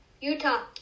Utah